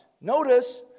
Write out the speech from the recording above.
Notice